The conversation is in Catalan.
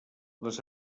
les